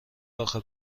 آخه